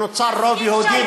ונוצר רוב יהודי בצורה מלאכותית.